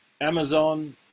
Amazon